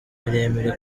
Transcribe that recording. miremire